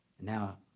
Now